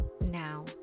now